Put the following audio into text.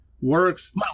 works